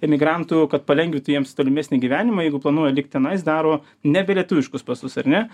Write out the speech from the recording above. emigrantų kad palengvintų jiems tolimesnį gyvenimą jeigu planuoja likt tenais daro nebelietuviškus pasus ar ne